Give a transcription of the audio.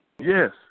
Yes